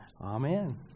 Amen